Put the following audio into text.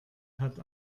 hat